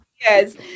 yes